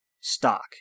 stock